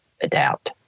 adapt